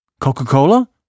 Coca-Cola